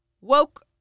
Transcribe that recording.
woke